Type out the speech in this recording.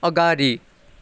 अगाडि